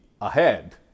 ahead